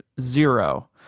zero